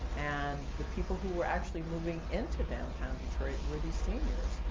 and the people who were actually moving into downtown detroit were these seniors.